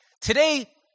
Today